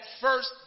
first